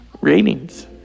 ratings